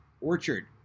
orchard